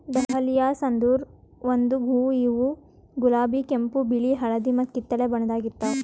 dahlias ಅಂದುರ್ ಒಂದು ಹೂವು ಇವು ಗುಲಾಬಿ, ಕೆಂಪು, ಬಿಳಿ, ಹಳದಿ ಮತ್ತ ಕಿತ್ತಳೆ ಬಣ್ಣದಾಗ್ ಇರ್ತಾವ್